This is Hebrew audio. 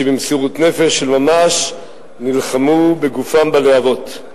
שבמסירות נפש של ממש נלחמו בגופם בלהבות.